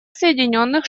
соединенных